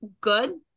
good